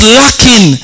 lacking